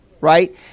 right